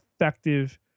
effective